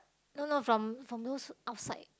no no from from those outside